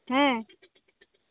ᱦᱮᱸ